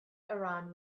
around